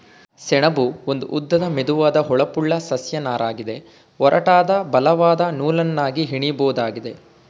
ಸೆಣಬು ಒಂದು ಉದ್ದದ ಮೆದುವಾದ ಹೊಳಪುಳ್ಳ ಸಸ್ಯ ನಾರಗಿದೆ ಒರಟಾದ ಬಲವಾದ ನೂಲನ್ನಾಗಿ ಹೆಣಿಬೋದಾಗಿದೆ